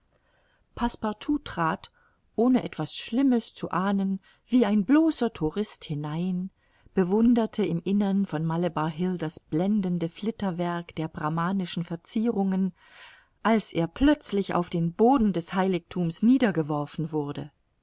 trat ohne etwas schlimmes zu ahnen wie ein bloßer tourist hinein bewunderte im innern von malebar hill das blendende flitterwerk der brahmanischen verzierungen als er plötzlich auf den boden des heiligthums niedergeworfen wurde